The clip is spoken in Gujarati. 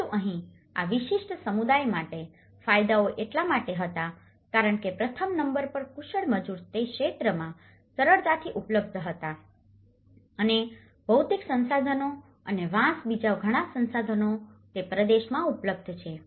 પરંતુ અહીં આ વિશિષ્ટ સમુદાય માટે ફાયદાઓ એટલા માટે હતા કારણ કે પ્રથમ નંબર પર કુશળ મજૂર તે ક્ષેત્રમાં સરળતાથી ઉપલબ્ધ હતા અને ભૌતિક સંસાધનો અને વાંસ બીજા ઘણા સંસાધનો તે પ્રદેશમાં ઉપલબ્ધ છે